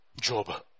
job